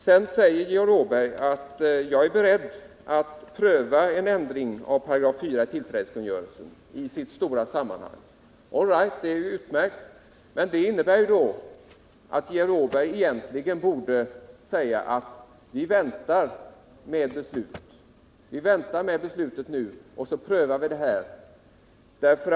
Sedan säger Georg Åberg att han är beredd att pröva en ändring av 4 § i tillträdeskungörelsen i dess stora sammanhang. All right, det är utmärkt. Men det innebär då att Georg Åberg egentligen borde säga att vi väntar med beslutet nu, och så prövar vi denna ändring.